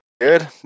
Good